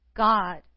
God